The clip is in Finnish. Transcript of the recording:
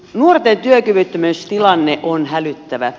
nuorten työkyvyttömyystilanne on hälyttävä